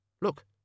Look